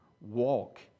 Walk